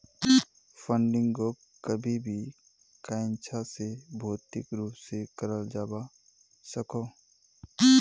फंडिंगोक कभी भी कोयेंछा से भौतिक रूप से कराल जावा सकोह